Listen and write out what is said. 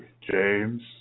James